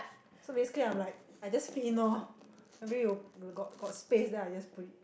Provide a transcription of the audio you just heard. so basically I'm like I just fit in loh maybe you you got got space then I just put it